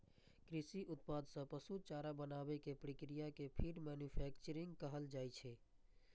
कृषि उत्पाद सं पशु चारा बनाबै के प्रक्रिया कें फीड मैन्यूफैक्चरिंग कहल जाइ छै